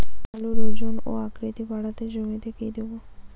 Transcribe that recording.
আলুর ওজন ও আকৃতি বাড়াতে জমিতে কি দেবো?